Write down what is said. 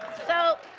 so,